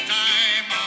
time